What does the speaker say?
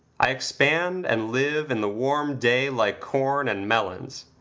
i expand and live in the warm day like corn and melons.